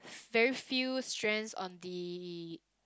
very few strands on the